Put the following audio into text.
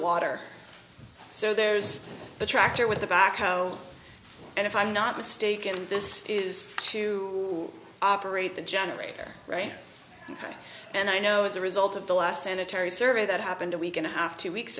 water so there's a tractor with the back how and if i'm not mistaken this is to operate the generator right and i know as a result of the last sanitary survey that happened a week and a half two weeks